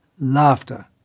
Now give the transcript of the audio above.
laughter